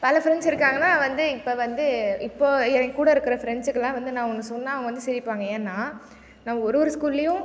பல ஃப்ரெண்ட்ஸ் இருக்காங்கன்னால் வந்து இப்போ வந்து இப்போது என்கூட இருக்க ஃப்ரெண்ட்ஸுக்கெல்லாம் வந்து நான் ஒன்று சொன்னால் அவங்க வந்து சிரிப்பாங்க ஏன்னால் நான் ஒரு ஒரு ஸ்கூல்லையும்